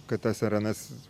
kad tas ar anas